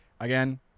again